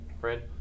Fred